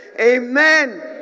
Amen